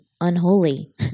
unholy